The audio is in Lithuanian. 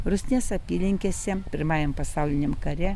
rusnės apylinkėse pirmajam pasauliniam kare